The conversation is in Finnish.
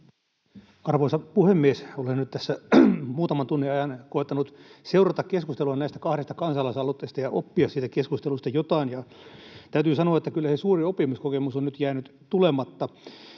Arvoisa puhemies! Olen nyt tässä muutaman tunnin ajan koettanut seurata keskustelua näistä kahdesta kansalaisaloitteesta ja oppia siitä keskustelusta jotain, ja täytyy sanoa, että kyllä se suuri oppimiskokemus on nyt jäänyt tulematta.